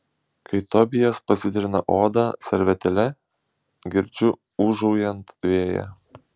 kai tobijas pasitrina odą servetėle girdžiu ūžaujant vėją